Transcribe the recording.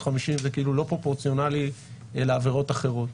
שקלים זה כאילו לא פרופורציונלי לעבירות אחרות.